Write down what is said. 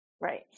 right